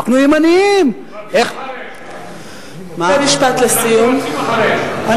אנחנו ימניים, אנחנו רצים אחריהם.